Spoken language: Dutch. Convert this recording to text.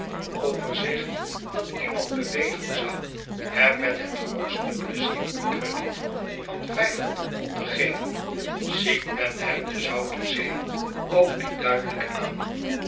zich dat iemand bewegen zou hem met het grootste pleizier een krediet van vijfhonderd pond te geven ziet men hem de zoute zee ook niet duidelijk aan